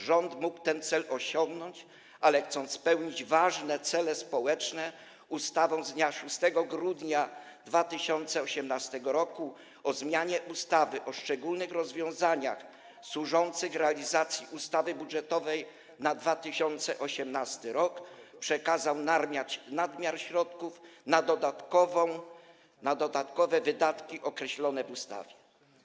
Rząd mógł ten cel osiągnąć, ale chcąc spełnić ważne cele społeczne ustawą z dnia 6 grudnia 2018 r. o zmianie ustawy o szczególnych rozwiązaniach służących realizacji ustawy budżetowej na 2018 r. przekazał nadmiar środków na dodatkowe wydatki określone w ustawie.